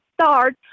start